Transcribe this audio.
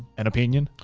an opinion.